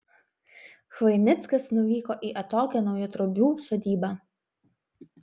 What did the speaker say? chvainickas nuvyko į atokią naujatriobių sodybą